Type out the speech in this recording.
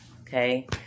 okay